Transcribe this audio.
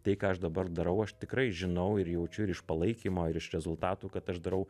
tai ką aš dabar darau aš tikrai žinau ir jaučiu ir iš palaikymo ir iš rezultatų kad aš darau